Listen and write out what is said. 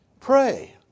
Pray